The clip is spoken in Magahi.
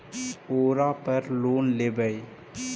ओरापर लोन लेवै?